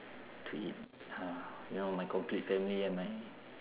to eat ah you know my complete family and my